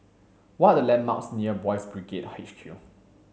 what are the landmarks near Boys' Brigade H Q